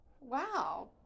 Wow